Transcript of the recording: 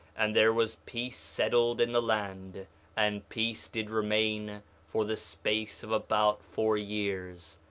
and there was peace settled in the land and peace did remain for the space of about four years,